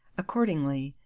accordingly,